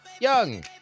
Young